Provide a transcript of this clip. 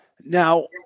Now